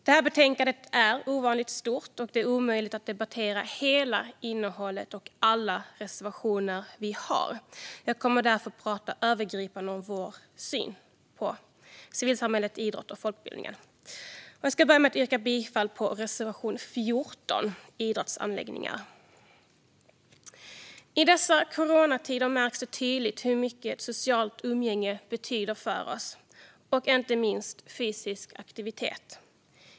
Detta betänkande är ovanligt stort, och det är omöjligt att debattera hela innehållet och alla reservationer som vi har. Jag kommer därför att tala övergripande om vår syn på civilsamhälle, idrott och folkbildning. Till att börja med yrkar jag bifall till reservation 14 om idrottsanläggningar. I dessa coronatider märks det tydligt hur mycket socialt umgänge och inte minst fysisk aktivitet betyder för oss.